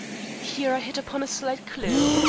here i hit upon a slight clue.